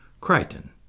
Crichton